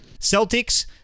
Celtics